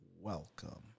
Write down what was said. welcome